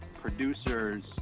producers